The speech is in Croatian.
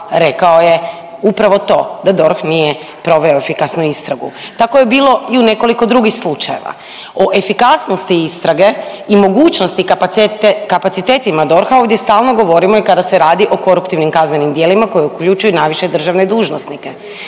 rekao je upravo to, da DORH nije proveo efikasnu istragu. Tako je bilo i u nekoliko drugih slučajeva. O efikasnosti istrage i mogućnosti kapacitetima DORH-a ovdje stalno govorimo i kada se radi o koruptivnim kaznenim djelima koje uključuju i najviše državne dužnosnike.